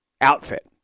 outfit